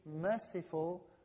merciful